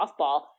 softball